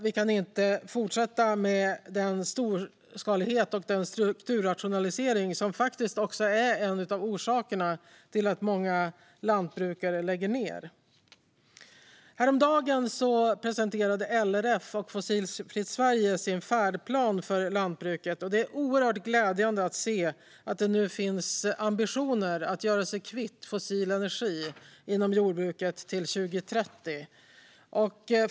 Vi kan inte fortsätta med den storskalighet och den strukturrationalisering som faktiskt är en av orsakerna till att många lantbrukare lägger ned. Häromdagen presenterade LRF och Fossilfritt Sverige sin färdplan för lantbruket. Det är oerhört glädjande att se att det nu finns ambitioner att göra sig kvitt fossil energi inom jordbruket till 2030.